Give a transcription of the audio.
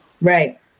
Right